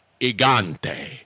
Igante